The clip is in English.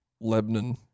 Lebanon